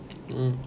mm